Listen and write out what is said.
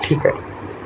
ठीक आहे